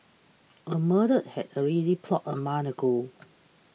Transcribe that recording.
a murder had already plotted a month ago